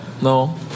No